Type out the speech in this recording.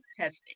testing